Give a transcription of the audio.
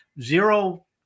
zero